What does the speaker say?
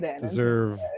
deserve